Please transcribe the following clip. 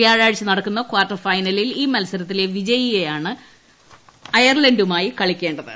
വ്യാഴാഴ്ച നടക്കുന്ന കാർട്ടർ ഫൈനലിൽ ഈ മത്സരത്തിലെ വിജയിയാണ് അയർലണ്ടുമായി കളിക്കേണ്ടത്